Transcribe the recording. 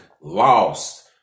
lost